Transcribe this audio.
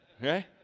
okay